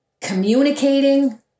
communicating